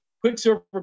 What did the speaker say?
Quicksilver